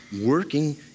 working